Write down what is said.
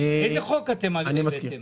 איזה חוק אתם הבאתם?